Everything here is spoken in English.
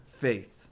faith